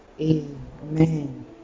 Amen